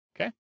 Okay